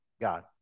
God